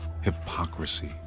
hypocrisy